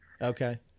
Okay